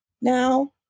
now